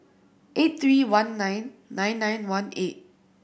eight three one nine nine nine one eight